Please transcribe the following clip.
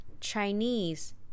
Chinese